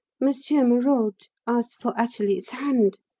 monsieur merode asked for athalie's hand.